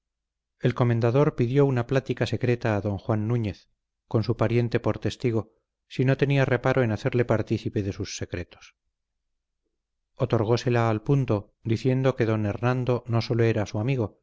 el comendador pidió una plática secreta a don juan núñez con su pariente por testigo si no tenía reparo en hacerle partícipe de sus secretos otorgósela al punto diciéndole que don hernando no sólo era su amigo